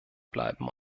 bleiben